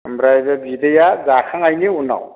ओमफ्राय बे बिदैया जाखांनायनि उनाव